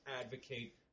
advocate